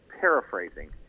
paraphrasing